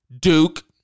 Duke